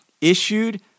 issued